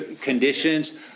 conditions